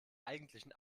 eigentlichen